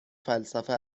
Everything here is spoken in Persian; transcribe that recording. فلسفه